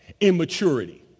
immaturity